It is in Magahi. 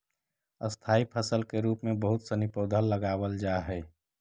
स्थाई फसल के रूप में बहुत सनी पौधा लगावल जा हई